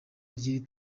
ry’iri